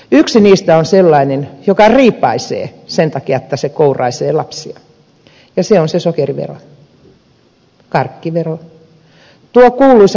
yksi niistä on sellainen joka riipaisee sen takia että se kouraisee lapsia ja se on se sokerivero karkkivero tuo kuuluisa haittavero